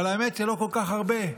אבל האמת שלא כל כך הרבה,